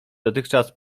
dotychczas